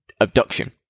abduction